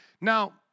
Now